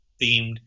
themed